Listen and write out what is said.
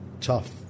tough